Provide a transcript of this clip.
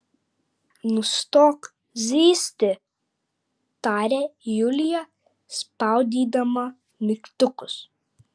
nustok zyzti tarė julija spaudydama mygtukus